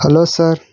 hello sir